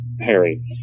Harry